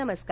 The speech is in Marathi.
नमस्कार